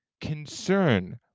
concern